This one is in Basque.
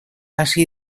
hasi